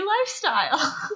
lifestyle